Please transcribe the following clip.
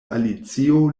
alicio